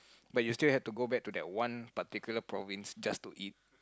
but you still have to go back to that one particular province just to eat